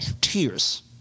Tears